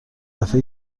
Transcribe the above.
دفعه